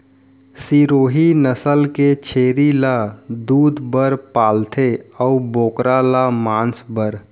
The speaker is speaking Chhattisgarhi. सिरोही नसल के छेरी ल दूद बर पालथें अउ बोकरा ल मांस बर